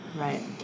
Right